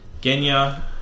Genya